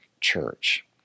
church